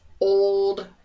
old